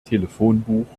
telefonbuch